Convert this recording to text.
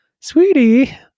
sweetie